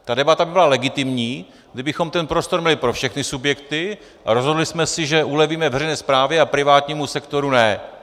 Ta debata by byla legitimní, kdybychom ten prostor měli pro všechny subjekty a rozhodli jsme si, že ulevíme veřejné správě a privátnímu sektoru ne.